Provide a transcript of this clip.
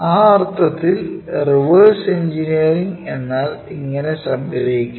ആ അർത്ഥത്തിൽ reverse engineering എന്നാൽ ഇങ്ങിനെ സംഗ്രഹിക്കാം